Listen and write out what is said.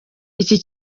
iki